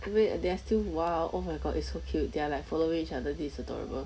wait there are still !wah! oh my god it's so cute they're like following each other this is adorable